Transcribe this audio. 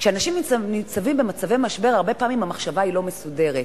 כשאנשים ניצבים במצבי משבר הרבה פעמים המחשבה לא מסודרת,